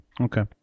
Okay